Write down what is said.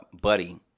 buddy